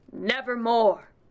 nevermore